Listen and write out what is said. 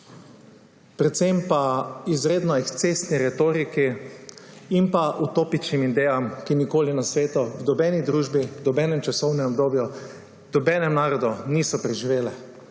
predvsem pa izredno ekscesno retoriko in utopične ideje, ki nikoli na svetu v nobeni družbi, v nobenem časovnem obdobju, v nobenem narodu niso preživele.